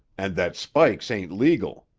and that spikes ain't legal.